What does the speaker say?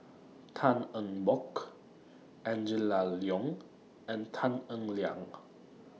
Tan Eng Bock Angela Liong and Tan Eng Liang